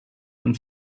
und